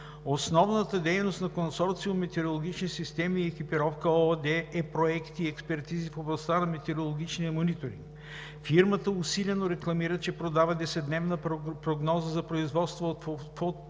Основната дейност на „Консорциум „Метеорологични системи и екипировка“ ООД е „проекти и експертизи в областта на метеорологичния мониторинг“. Фирмата усилено рекламира, че продава десетдневна прогноза на производство от